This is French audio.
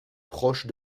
proche